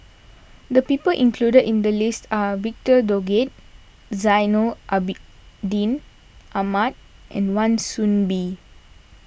the people included in the list are Victor Doggett Zainal Abi Din Ahmad and Wan Soon Bee